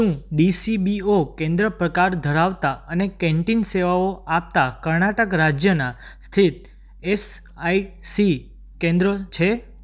શું ડીસીબીઓ કેન્દ્ર પ્રકાર ધરાવતાં અને કેન્ટીન સેવાઓ આપતાં કર્ણાટક રાજ્યનાં સ્થિત એસ આઇ સી કેન્દ્રો છે